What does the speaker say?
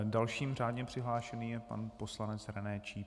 Další řádně přihlášený je pan poslanec René Číp.